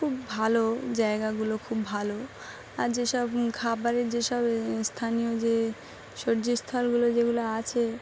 খুব ভালো জায়গাগুলো খুব ভালো আর যেসব খাবারের যেসব স্থানীয় যে যেগুলো আছে